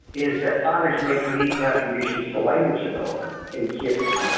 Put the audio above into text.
is that fathers make unique contributions to language development in kids.